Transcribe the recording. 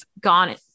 gone